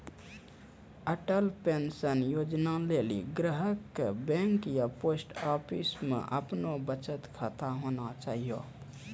Atal pension योजना लेली ग्राहक के बैंक या पोस्ट आफिसमे अपनो बचत खाता होना चाहियो